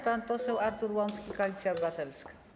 Pan poseł Artur Łącki, Koalicja Obywatelska.